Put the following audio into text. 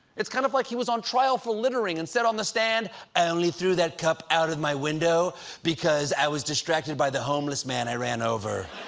it's kind of like he was on trial for littering and said on the stand i only threw that cup out of my window because i was distracted by the homeless man i ran over.